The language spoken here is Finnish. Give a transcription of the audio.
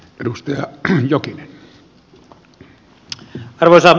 arvoisa herra puhemies